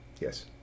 Yes